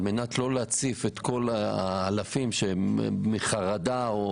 על מנת לא להציף את כל האלפים בחרדה או